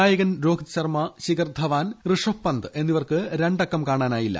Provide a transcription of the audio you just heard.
നായകൻ രോഹിത് ശർമ്മ ശിഖർ ധവാൻ ഋഷഭ് പന്ത് എന്നിവർക്ക് രണ്ടക്കം കടക്കാനായില്ല